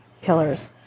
killers